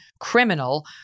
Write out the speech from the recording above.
criminal